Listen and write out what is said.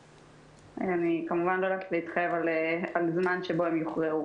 אני כמובן לא יודעת להתחייב על זמן שבו הן יוכרעו